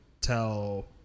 tell